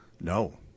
No